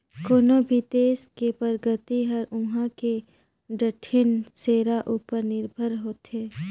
कोनो भी देस के परगति हर उहां के टटेन सेरा उपर निरभर होथे